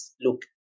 look